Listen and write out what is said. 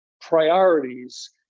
priorities